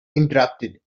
interrupted